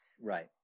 Right